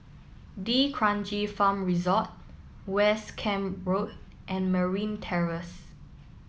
D'Kranji Farm Resort West Camp Road and Merryn Terrace